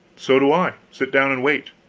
so do i sit down and wait.